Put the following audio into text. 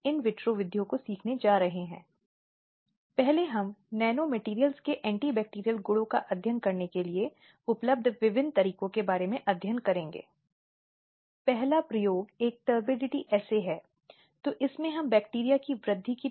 पिछले व्याख्यान में हमने कानूनों के साथ साथ विशेष रूप से महिलाओं से संबंधित अपराधों जैसे बलात्कार वगैरह और फिर पुलिस और न्यायपालिका की भूमिका से संबंधित प्रक्रियात्मक मुद्दों को समझने की कोशिश की है